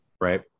Right